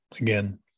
again